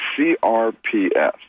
CRPS